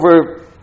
over